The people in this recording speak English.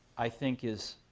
i think is